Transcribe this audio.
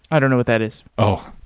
i don't know what that is oh,